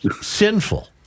sinful